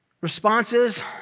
responses